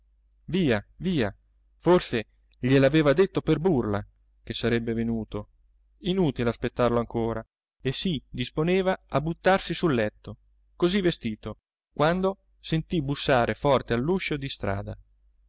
via via forse glie l'aveva detto per burla che sarebbe venuto inutile aspettarlo ancora e si disponeva a buttarsi sul letto così vestito quando sentì bussare forte all'uscio di strada